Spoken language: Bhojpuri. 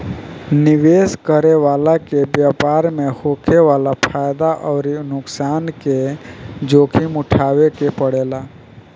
निवेश करे वाला के व्यापार में होखे वाला फायदा अउरी नुकसान के जोखिम उठावे के पड़ेला